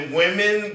women